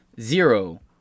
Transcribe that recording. zero